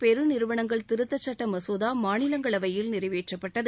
பெருநிறுவனங்கள் திருத்தச்சட்டமசோதாமாநிலங்களவையில் நிறைவேற்றப்பட்டது